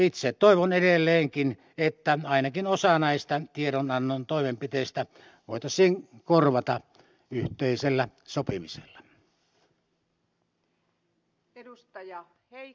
itse toivon edelleenkin että ainakin osa näistä tiedonannon toimenpiteistä voitaisiin korvata yhteisellä sopimisella